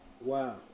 Wow